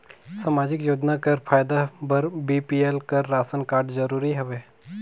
समाजिक योजना कर फायदा बर बी.पी.एल कर राशन कारड जरूरी हवे?